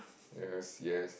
yes yes